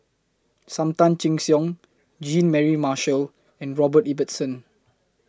SAM Tan Chin Siong Jean Mary Marshall and Robert Ibbetson